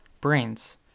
brains